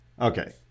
Okay